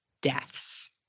deaths